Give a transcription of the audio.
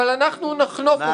אבל אנחנו נחנוק אתכם.